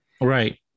right